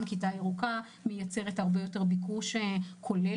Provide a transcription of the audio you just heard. גם "כיתה ירוקה" מייצרת הרבה יותר ביקוש כולל